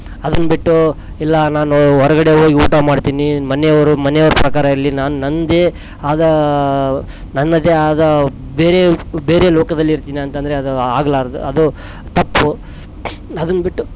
ಅದನ್ನ ಬಿಟ್ಟು ಇಲ್ಲಾ ನಾನು ಹೊರಗಡೆ ಹೋಗಿ ಊಟ ಮಾಡ್ತೀನಿ ಮನೆಯವರು ಮನೆಯವರ ಪ್ರಕಾರ ಇರಲಿ ನಾನು ನನ್ನದೇ ಆದಾ ನನ್ನದೇ ಆದ ಬೇರೆ ಬೇರೆ ಲೋಕದಲ್ಲಿ ಇರ್ತಿನಿ ಅಂತಂದರೆ ಅದು ಆಗ್ಲಾರದು ಅದು ತಪ್ಪು ಅದನ್ನು ಬಿಟ್ಟು